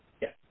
Yes